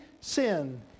sin